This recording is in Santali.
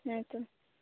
ᱦᱮᱸ ᱛᱳ